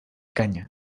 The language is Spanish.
caña